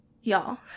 Y'all